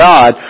God